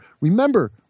Remember